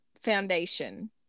foundation